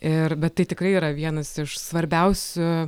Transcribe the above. ir bet tai tikrai yra vienas iš svarbiausių